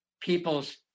people's